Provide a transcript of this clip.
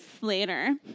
later